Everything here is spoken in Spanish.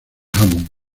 hammond